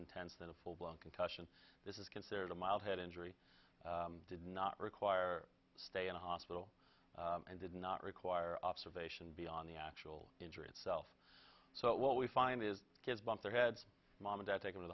intense than a full blown concussion this is considered a mild head injury did not require stay in a hospital and did not require observation beyond the actual injury itself so what we find is that kids bump their heads mom and dad take